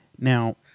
now